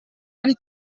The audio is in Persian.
ولی